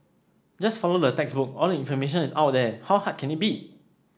just follow the textbook all the information is out there how hard can it be